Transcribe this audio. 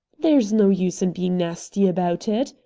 there is no use in being nasty about it,